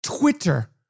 Twitter